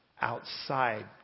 outside